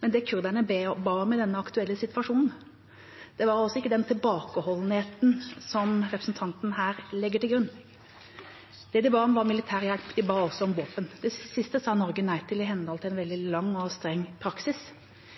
men det kurderne ba om i denne aktuelle situasjonen, var altså ikke den tilbakeholdenheten som representanten her legger til grunn. Det de ba om, var militær hjelp. De ba også om våpen. Det siste sa Norge nei til i henhold til en veldig lang og streng praksis.